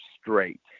straight